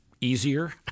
easier